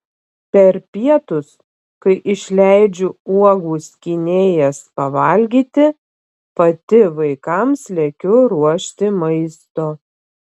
per pietus kai išleidžiu uogų skynėjas pavalgyti pati vaikams lekiu ruošti maisto